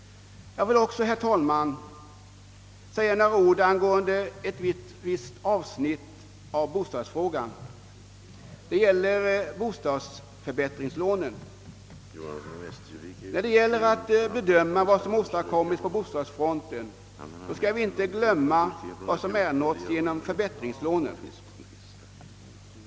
Jag vill också säga några ord om ett visst avsnitt i bostadsfrågan, nämligen bostadsförbättringslånen. Då det gäller att bedöma vad som åstadkommits på bostadsfronten skall vi inte glömma vad som uppnåtts genom förbättringslånen.